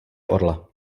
orla